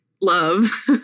love